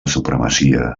supremacia